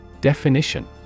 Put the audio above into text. Definition